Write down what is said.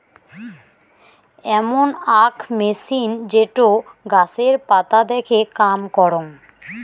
এমন আক মেছিন যেটো গাছের পাতা দেখে কাম করং